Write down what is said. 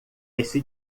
esse